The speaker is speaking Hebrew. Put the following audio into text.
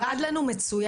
הוא עבד לנו מצוין.